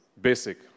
Basic